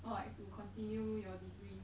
or like to continue your degree